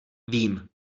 vím